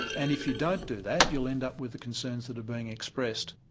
and if you don't do that, you'll end up with the concerns that are being expressed.